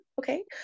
okay